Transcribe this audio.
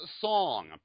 song